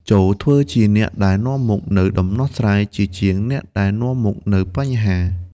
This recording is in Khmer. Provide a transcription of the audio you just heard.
ចូរធ្វើជាអ្នកដែលនាំមកនូវដំណោះស្រាយ ជាជាងអ្នកដែលនាំមកនូវបញ្ហា។